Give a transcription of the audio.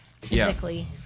physically